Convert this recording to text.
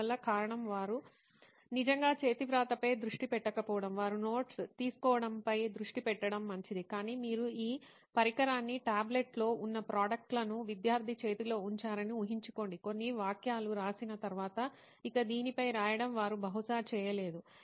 అందువల్ల కారణం వారు నిజంగా చేతివ్రాతపై దృష్టి పెట్టకపోవడం వారు నోట్స్ తీసుకోవడంపై దృష్టి పెట్టడం మంచిది కానీ మీరు ఈ పరికరాన్ని టాబ్లెట్లో ఉన్న ప్రోడక్ట్ లను విద్యార్థి చేతిలో ఉంచారని ఊహించుకోండి కొన్ని వాక్యాలు రాసిన తర్వాత ఇక దీనిపై రాయడం వారు బహుశా చేయలేదు